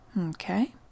Okay